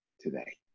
today